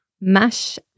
Mash